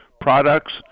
products